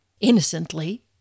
innocently